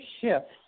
shifts